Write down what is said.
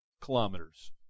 kilometers